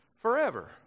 forever